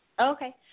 Okay